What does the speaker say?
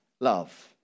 love